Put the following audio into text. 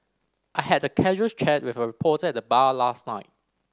I had a casual chat with a reporter at the bar last night